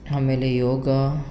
ಆಮೇಲೆ ಯೋಗ